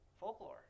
folklore